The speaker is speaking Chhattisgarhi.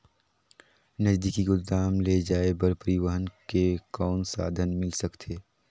नजदीकी गोदाम ले जाय बर परिवहन के कौन साधन मिल सकथे?